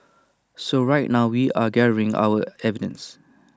so right now we're gathering our evidence